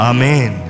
Amen